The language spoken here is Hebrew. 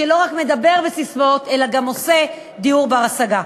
שלא רק מדבר בססמאות אלא גם עושה דיור בר-השגה.